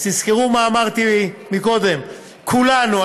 אז תזכרו מה אמרתי קודם: כולנו,